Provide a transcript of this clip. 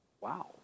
Wow